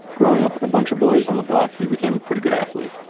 growing up with a bunch of boys on the block, he became pretty good athlete.